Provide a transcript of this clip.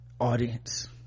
Audience